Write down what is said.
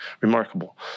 remarkable